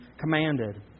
commanded